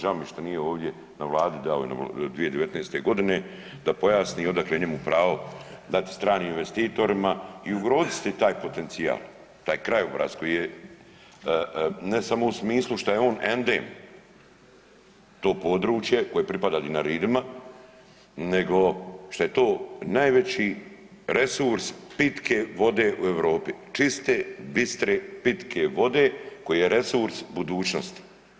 Žao mi je što nije ovdje, na Vladi dao je 2019. godine da pojasni odakle njemu pravo dati stranim investitorima i ugroziti taj potencijal, taj krajobraz koji je ne samo u smislu što je on endem to područje koje pripada Dinaridima, nego što je to najveći resurs pitke vode u Europi čiste, bistre pitke vode koji je resurs budućnosti.